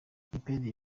wikipedia